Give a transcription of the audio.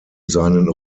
seinen